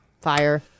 Fire